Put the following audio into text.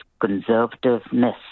conservativeness